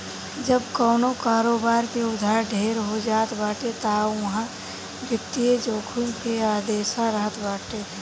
जब कवनो कारोबार में उधार ढेर हो जात बाटे तअ उहा वित्तीय जोखिम के अंदेसा रहत बाटे